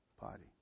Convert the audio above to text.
body